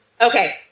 Okay